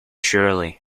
surely